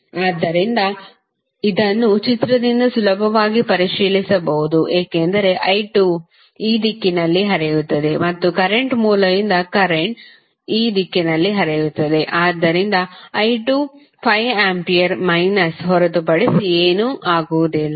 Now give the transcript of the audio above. ಆದ್ದರಿಂದ ಇದನ್ನು ಚಿತ್ರದಿಂದ ಸುಲಭವಾಗಿ ಪರಿಶೀಲಿಸಬಹುದು ಏಕೆಂದರೆ i2 ಈ ದಿಕ್ಕಿನಲ್ಲಿ ಹರಿಯುತ್ತದೆ ಮತ್ತು ಕರೆಂಟ್ ಮೂಲದಿಂದ ಕರೆಂಟ್ ಈ ದಿಕ್ಕಿನಲ್ಲಿ ಹರಿಯುತ್ತದೆ ಆದ್ದರಿಂದ i2 5 ಆಂಪಿಯರ್ನ ಮೈನಸ್ ಹೊರತುಪಡಿಸಿ ಏನೂ ಆಗುವುದಿಲ್ಲ